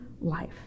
life